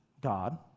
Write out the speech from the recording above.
God